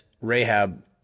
Rahab